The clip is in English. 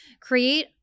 create